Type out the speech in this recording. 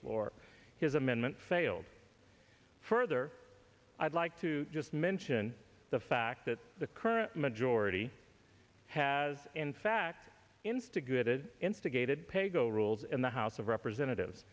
floor his amendment failed further i'd like to just mention the fact that the current majority has in fact instigated instigated paygo rules in the house of representatives